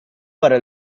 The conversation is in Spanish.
para